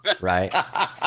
Right